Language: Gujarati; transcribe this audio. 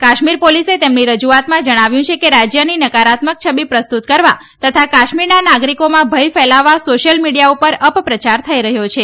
કાશ્મીર પોલીસે તેમની રજુઆતમાં જણાવવ્યં છે કે રાજ્યની નકારાત્મક છબી પસ્તૃત કરવા તથા કાશ્મીરના નાગરીકોમાં ભય ફેલાવવા સોશિયલ મીડીયા ઉપર અપપ્રયાર થઇ રહ્યો છે